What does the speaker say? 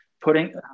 putting